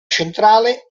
centrale